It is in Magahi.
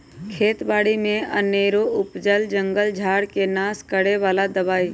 खेत बारि में अनेरो उपजल जंगल झार् के नाश करए बला दबाइ